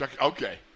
Okay